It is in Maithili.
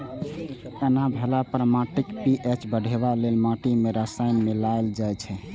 एना भेला पर माटिक पी.एच बढ़ेबा लेल माटि मे रसायन मिलाएल जाइ छै